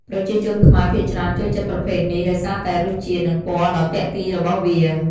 ប្រជាជនខ្មែរភាគច្រើនចូលចិត្តប្រភេទនេះដោយសារតែរសជាតិ និងពណ៌ដ៏ទាក់ទាញរបស់វា។